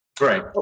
Right